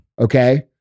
okay